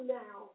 now